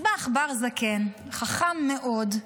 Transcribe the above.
אז בא עכבר זקן, חכם מאוד,